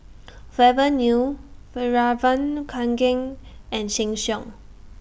Forever New Fjallraven Kanken and Sheng Siong